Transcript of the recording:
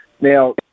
Now